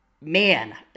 Man